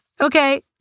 Okay